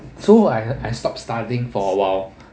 so I I stop studying for a while